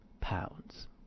pounds